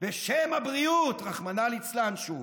שוב בשם הבריאות, רחמנא ליצלן שוב.